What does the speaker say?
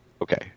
Okay